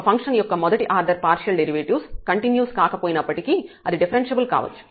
ఒక ఫంక్షన్ యొక్క మొదటి ఆర్డర్ పార్షియల్ డెరివేటివ్స్ కంటిన్యూస్ కాకపోయినప్పటికీ అది డిఫరెన్ష్యబుల్ కావచ్చు